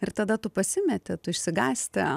ir tada tu pasimeti tu išsigąsti